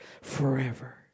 forever